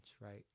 right